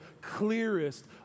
clearest